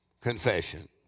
confession